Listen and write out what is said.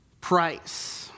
price